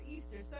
Easter